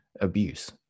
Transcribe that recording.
abuse